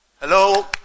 hello